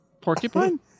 porcupine